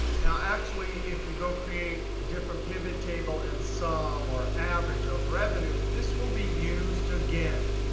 now actually, if you go create a different pivot table and sum or average of revenue, this will be used again.